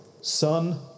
Son